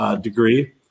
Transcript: degree